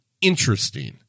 interesting